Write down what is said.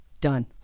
Done